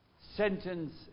sentence